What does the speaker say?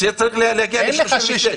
זה צריך להגיע ל-36.